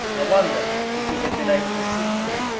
i wondered if he had been able to signal it.